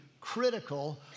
critical